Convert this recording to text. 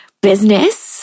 business